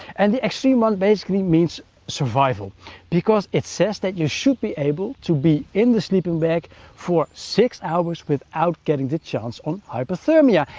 and the extreme one basically means survival because it says that you should be able to be in the sleeping bag for six hours without getting the chance on hypothermia.